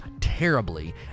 terribly